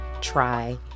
try